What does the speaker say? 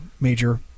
major